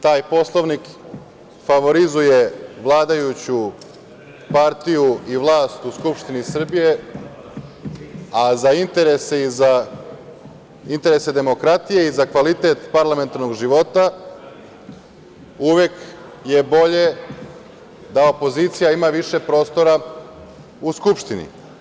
Taj Poslovnik favorizuje vladajuću partiju i vlast u Skupštini Srbije, a za interese demokratije i za kvalitet parlamentarnog života uvek je bolje da opozicija ima više prostora u Skupštini.